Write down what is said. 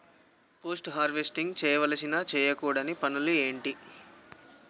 Post harvesting చేయవలసిన చేయకూడని పనులు ఏంటి?